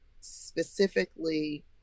specifically